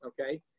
Okay